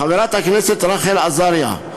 חברת הכנסת רחל עזריה,